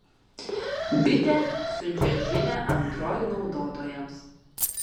bitė siunčia žinią android naudotojams